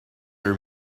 are